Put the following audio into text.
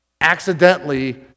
accidentally